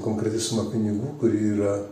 konkreti suma pinigų kuri yra